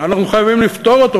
אנחנו חייבים לפתור אותו,